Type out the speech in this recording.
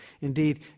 Indeed